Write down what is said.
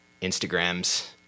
Instagrams